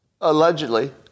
allegedly